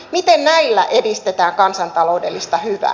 miten näillä edistetään kansantaloudellista hyvää